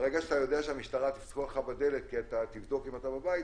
ברגע שאתה יודע שהמשטרה תדפוק לך בדלת כדי לבדוק שאתה בבית,